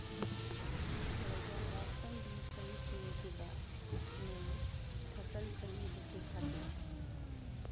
रऊआ मौसम भी सही चुने के बा नु फसल सही होखे खातिर